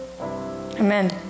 Amen